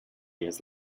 years